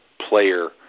player